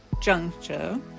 juncture